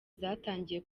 zatangiye